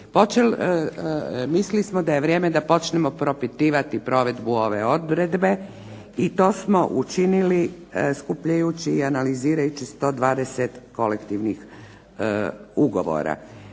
Mislili smo da je vrijeme da počnemo propitivati provedbu ove odredbe i to smo učinili skupljajući i analizirajući 120 kolektivnih ugovora.